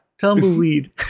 tumbleweed